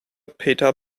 peter